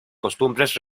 costumbres